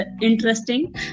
interesting